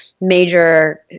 major